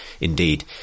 Indeed